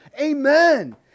Amen